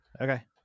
Okay